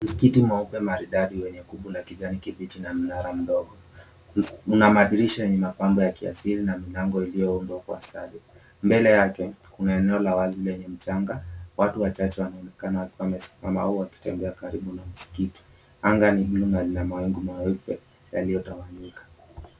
Msikiti mweupe maridadi wenye kubo la kijani kibichi na mnara mdogo una madirisha yenye mapambo ya kaisili na milango iliyoundwa kwa ustadi. Mbele yake kuna eneo la wazi lenye mchanga. Watu wanaonekana wakiwa wamesimama au wakitembea karibu na msikiti. Anga ni buluu na ina mawingu meupe yaliyotawanyika.